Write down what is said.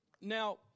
Now